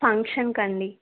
function కు అండి